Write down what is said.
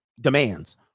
demands